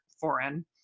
foreign